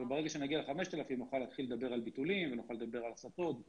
וברגע שנגיע ל-5,000 נוכל להתחיל לדבר על ביטולים ועל --- בינתיים